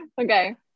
okay